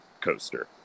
coaster